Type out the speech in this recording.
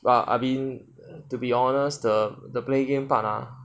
but I mean to be honest the the play game part ah